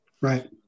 Right